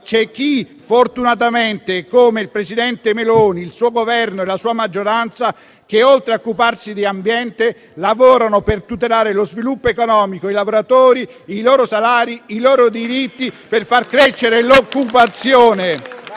c'è chi, fortunatamente, come il presidente Meloni, il suo Governo e la sua maggioranza, oltre a occuparsi di ambiente, lavora per tutelare lo sviluppo economico, i lavoratori, i loro salari, i loro diritti e per far crescere l'occupazione.